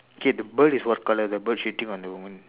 okay the bird is what colour the bird shitting on the woman